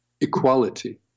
equality